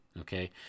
Okay